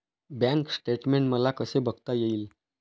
Bank statement मला कसे बघता येईल?